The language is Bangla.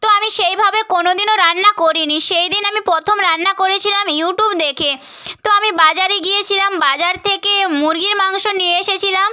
তো আমি সেইভাবে কোনো দিনও রান্না করি নি সেই দিন আমি প্রথম রান্না করেছিলাম ইউটিউব দেখে তো আমি বাজারে গিয়েছিলাম বাজার থেকে মুরগির মাংস নিয়ে এসেছিলাম